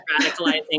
radicalizing